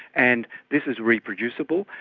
and this is reproducible.